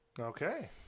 Okay